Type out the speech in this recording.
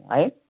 है